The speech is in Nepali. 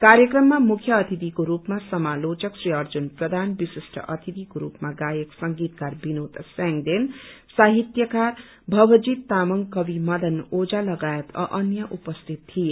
कार्यक्रममा मुख्य अतिथिको रूपमा समालोचक श्री अजुर्न प्रधान विशिष्ट अतिथिको रूपमा गायाक संगीतकार विनोद स्यांगदेन साहितयकार भवजीत तामंग कवि मदन ओझा लगायत अ अन्य उपस्थित थिए